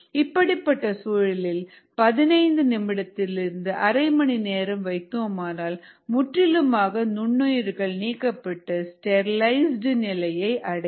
இப்படிப்பட்ட சூழலில் 15 நிமிடத்திலிருந்து அரைமணி நேரம் வைத்தோமானால் முற்றிலுமாக நுண்ணுயிர்கள் நீக்கப்பட்டு ஸ்டெரிலைஸ்ட் நிலையை அடையும்